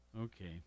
Okay